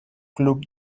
club